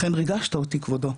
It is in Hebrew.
לכן ריגשת אותי כבודו,